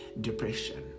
depression